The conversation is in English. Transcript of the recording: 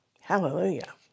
Hallelujah